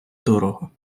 дорого